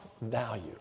value